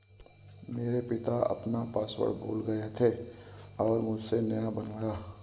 मेरे पिता अपना पासवर्ड भूल गए थे और मुझसे नया बनवाया